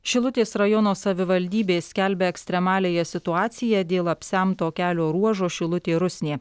šilutės rajono savivaldybė skelbia ekstremaliąją situaciją dėl apsemto kelio ruožo šilutė rusnė